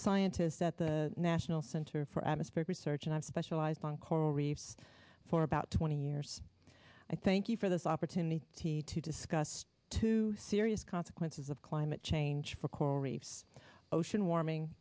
a scientist at the national center for atmospheric research and i've specialized on coral reefs for about twenty years i thank you for this opportunity to discuss two serious consequences of climate change for coral reefs ocean warming